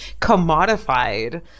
commodified